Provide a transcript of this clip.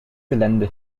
gelände